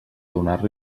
donar